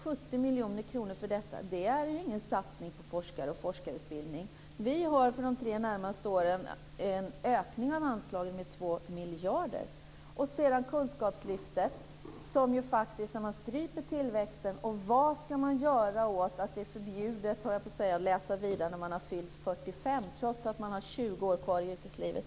70 miljoner kronor för detta är ingen satsning på forskare och forskarutbildning. Vi har för de tre närmaste åren en ökning av anslagen med 2 miljarder. Sedan går jag till kunskapslyftet. Man stryper tillväxten. Vad skall ni göra åt att det är förbjudet, höll jag på att säga, att läsa vidare när man har fyllt 45, trots att man har 20 år kvar i yrkeslivet?